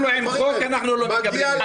אפילו עם חוק אנחנו לא מקבלים את זה.